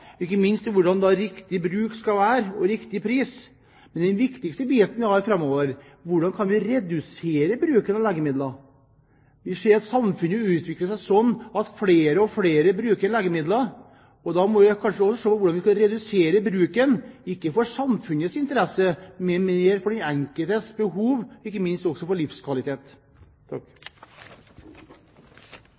ikke minst hvordan riktig bruk og riktig pris skal være. Men det viktigste framover er hvordan vi kan redusere bruken av legemidler. Vi ser at samfunnet utvikler seg slik at flere og flere bruker legemidler. Da må vi kanskje også se på hvordan vi kan redusere bruken – ikke for samfunnets skyld, men mer med tanke på den enkeltes